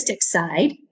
side